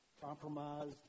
compromised